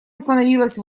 остановилась